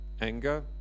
anger